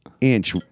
inch